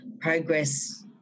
progress